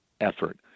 effort